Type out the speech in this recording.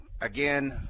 again